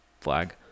flag